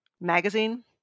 magazine